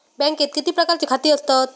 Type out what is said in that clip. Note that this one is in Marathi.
बँकेत किती प्रकारची खाती असतत?